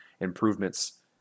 improvements